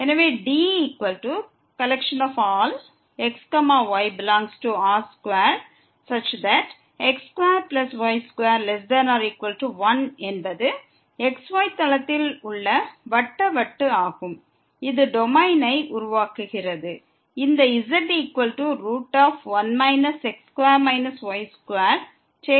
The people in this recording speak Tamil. எனவே DxyR2x2y2≤1 என்பது xy தளத்தில் உள்ள வட்ட வட்டு ஆகும் இது டொமைனை உருவாக்குகிறது இந்த z1 x2 y2 செயல்பாட்டிற்காக மற்றும் ரேஞ்சுக்காகவும்